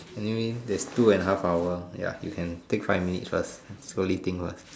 anyway there's two and a half hour ya you can take five minute first slowly think first